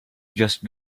just